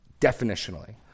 Definitionally